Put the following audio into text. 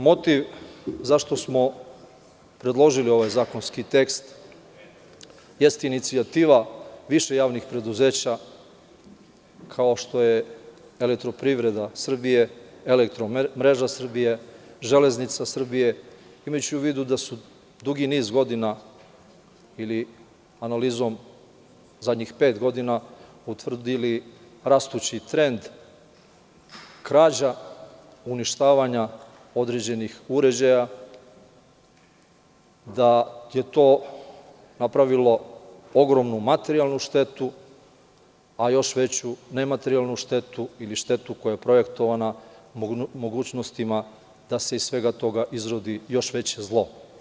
Motiv zašto smo predložili ovaj zakonski tekst jeste inicijativa više javnih preduzeća, kao što su: EPS, Elektromreža Srbije, Železnice Srbije, imajući u vidu da su dugi niz godina ili analizom zadnjih pet godina utvrdili rastući trend krađa, uništavanja određenih uređaja, da je to napravilo ogromnu materijalnu štetu, a još veću nematerijalnu štetu ili štetu koja je projektovana mogućnostima da se iz svega toga izrodi još veće zlo.